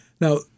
Now